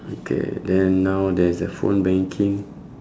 okay then now there's a phone banking